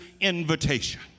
invitation